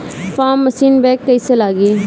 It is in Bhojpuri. फार्म मशीन बैक कईसे लागी?